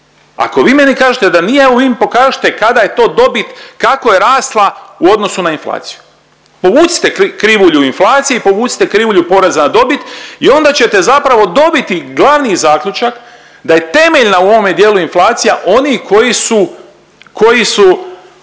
Ako vi meni kažete da nije, evo vi mi pokažite kada je to dobit, kako je rasla u odnosu na inflaciju. Povucite krivulju inflacije i povucite krivulju poreza na dobit i onda ćete zapravo dobiti glavni zaključak da je temeljna u ovome dijelu inflacija onih koji su,